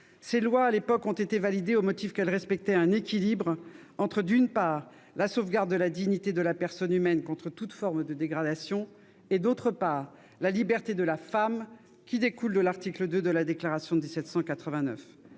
Ces lois ont été validées au motif qu'elles respectaient un équilibre entre, d'une part, la sauvegarde de la dignité de la personne humaine contre toute forme de dégradation, et, d'autre part, la liberté de la femme qui découle de l'article II de la Déclaration de 1789,